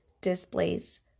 displays